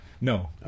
No